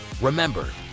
Remember